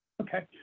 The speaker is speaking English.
Okay